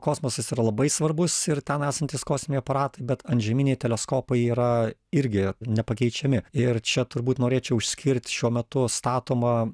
kosmosas yra labai svarbus ir ten esantys kosminiai aparatai bet antžeminiai teleskopai yra irgi nepakeičiami ir čia turbūt norėčiau išskirt šiuo metu statomą